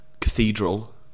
cathedral